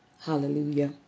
hallelujah